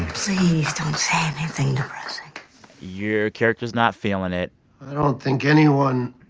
please don't say anything depressing your character is not feeling it i don't think anyone